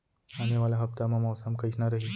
आने वाला हफ्ता मा मौसम कइसना रही?